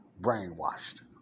brainwashed